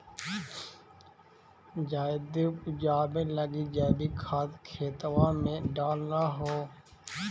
जायदे उपजाबे लगी जैवीक खाद खेतबा मे डाल हो?